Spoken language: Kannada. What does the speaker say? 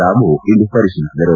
ರಾಮು ಇಂದು ಪರಿಶೀಲಿಸಿದರು